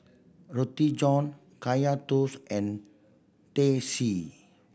Roti John Kaya Toast and Teh C